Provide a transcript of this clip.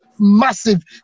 massive